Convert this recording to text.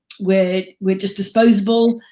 we're we're just disposable.